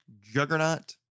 juggernaut